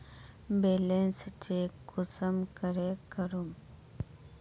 Balance check कुंसम करे करूम?